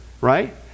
right